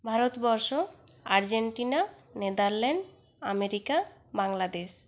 Bharatvarsha Argentina Netherland America Bangladesh